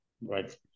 Right